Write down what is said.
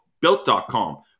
Built.com